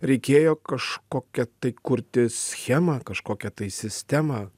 reikėjo kažkokią tai kurti schemą kažkokią tai sistemą